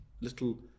little